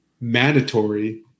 mandatory